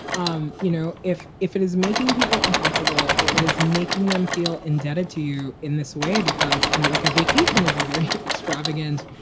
um you know, if if it is making people uncomfortable or it is making them feel indebted to you in this way because, you know, like a vacation is of your extravagance,